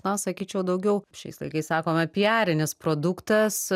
na sakyčiau daugiau šiais laikais sakome piarinis produktas